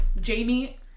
Jamie